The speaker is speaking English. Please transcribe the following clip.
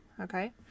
okay